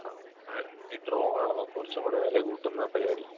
ആ മ് അത് ഈ ഡ്രോണ് ആണോ നമുക്ക് കുറച്ചുംകൂടെ വില കൂട്ടുന്ന പരിപാടി